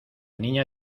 niña